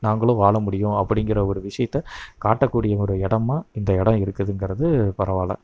நாங்களும் வாழ முடியும் அப்படிங்கிற ஒரு விஷயத்த காட்டக்கூடிய ஒரு இடமா இந்த இடம் இருக்குதுங்கிறது பரவாயில்லை